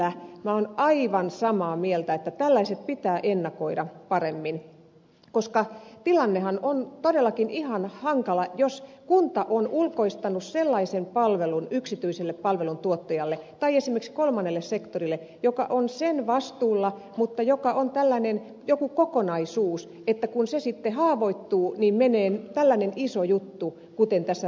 minä olen aivan samaa mieltä että tällaiset pitää ennakoida paremmin koska tilannehan on todellakin ihan hankala jos kunta on ulkoistanut sellaisen palvelun yksityiselle palveluntuottajalle tai esimerkiksi kolmannelle sektorille joka on sen vastuulla mutta joka on tällainen joku kokonaisuus että kun se sitten haavoittuu niin menee tällainen iso juttu kuten tässä reumasäätiön sairaalassa